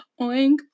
Oink